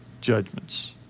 judgments